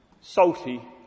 salty